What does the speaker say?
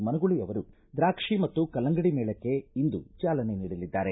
ಮನಗುಳಿ ಅವರು ದ್ರಾಕ್ಷಿ ಮತ್ತು ಕಲ್ಲಂಗಡಿ ಮೇಳಕ್ಕೆ ಇಂದು ಚಾಲನೆ ನೀಡಲಿದ್ದಾರೆ